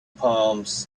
palms